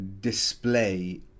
display